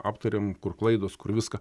aptarėm kur klaidos kur viską